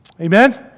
Amen